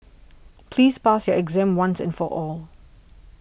please pass your exam once and for all